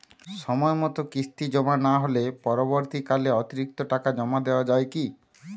সময় মতো কিস্তি জমা না হলে পরবর্তীকালে অতিরিক্ত টাকা জমা দেওয়া য়ায় কি?